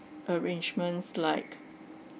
arrangements like